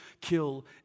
kill